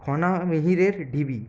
খনা মিহিরের ঢিবি